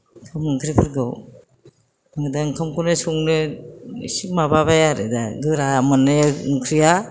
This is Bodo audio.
ओंखाम ओंख्रिफोरखौ ओमफाय दा ओंखामखौनो संनो एसे माबाबाय आरो दा गोरा मोनो ओंख्रिया